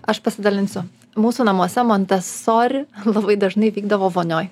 aš pasidalinsiu mūsų namuose montesori labai dažnai vykdavo vonioj